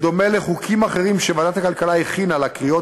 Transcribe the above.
בדומה לחוקים אחרים שוועדת הכלכלה הכינה לקריאה